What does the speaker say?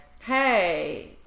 hey